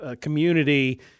community